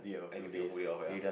I can take a full day off ya